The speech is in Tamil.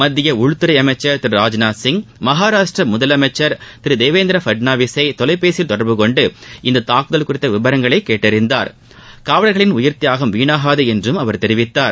மத்திய உள்துறை அமைச்சர் திரு ராஜ்நாத்சிங் மகாராஷ்டிர முதலமைச்சர் திரு தேவேந்திர பட்னாவிஸை தொலைபேசியில் தொடர்பு கொண்டு இந்த தாக்குதல் குறித்த விவரங்களை கேட்டறிந்தார்காவலர்களின் உயிர் தியாகம் வீணாகாது என்றும் அவர் தெரிவித்தார்